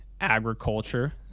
agriculture